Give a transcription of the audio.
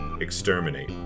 exterminate